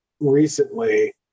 recently